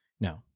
no